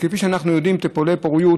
כפי שאנחנו יודעים, טיפולי פוריות